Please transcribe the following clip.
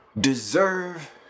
deserve